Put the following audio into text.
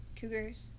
Cougars